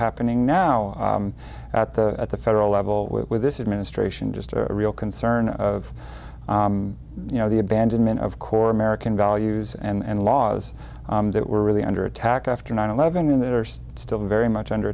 happening now at the at the federal level with this administration just a real concern of you know the abandonment of core american values and laws that were really under attack after nine eleven that are still very much under